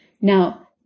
Now